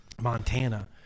montana